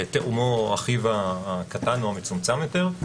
תאומו, אחיו הקטן או המצומצם יותר.